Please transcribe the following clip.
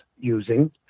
using